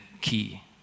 key